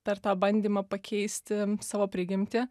per tą bandymą pakeisti savo prigimtį